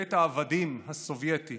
בבית העבדים הסובייטי